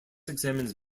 examines